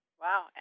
Wow